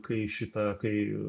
kai šitą kai